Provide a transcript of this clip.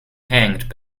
hanged